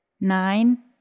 nine